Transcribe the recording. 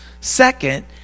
second